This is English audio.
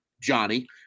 Johnny